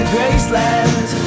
Graceland